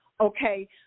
Okay